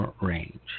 range